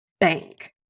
Bank